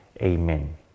Amen